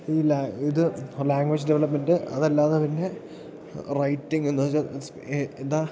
ഈ ലാ ഇത് ലാംഗ്വേജ് ഡെവലപ്മെൻറ്റ് അതല്ലാതെ തന്നെ റൈറ്റിങ്ങെന്നു വെച്ചാൽ എന്താ